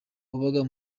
wabaga